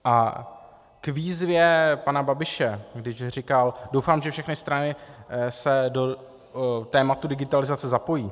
A k výzvě pana Babiše, když říkal: doufám, že všechny strany se do tématu digitalizace zapojí.